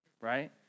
right